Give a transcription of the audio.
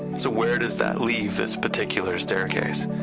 so where does that leave this particular staircase?